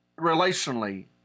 relationally